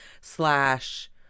slash